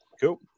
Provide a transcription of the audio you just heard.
Cool